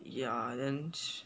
ya then